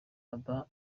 aba